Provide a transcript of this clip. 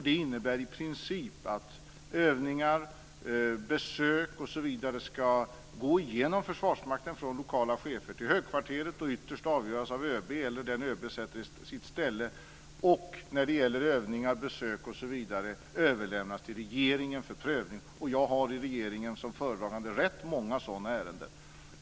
Det innebär i princip att övningar, besök osv. ska gå genom Försvarsmakten från lokala chefer till högkvarteret och ytterst avgöras av ÖB eller av den som ÖB sätter i sitt ställe och när det gäller övningar, besök osv. överlämnas till regeringen för prövning. Jag har i regeringen som föredragande rätt många sådana ärenden.